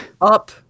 up